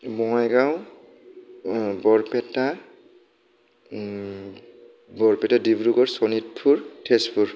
Bongaigaon Barpeta Barpeta Dibrugarh Sonitpur Tezpur